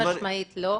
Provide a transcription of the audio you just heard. חד משמעית לא,